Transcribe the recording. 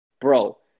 Bro